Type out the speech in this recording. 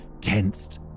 Tensed